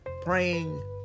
praying